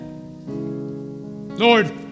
Lord